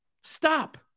Stop